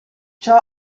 ciò